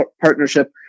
partnership